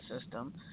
system